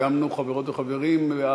סיימנו, חברות וחברים.